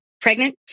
pregnant